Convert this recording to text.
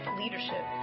leadership